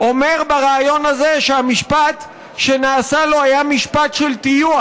אומר בריאיון הזה שהמשפט שנעשה לו היה משפט של טיוח,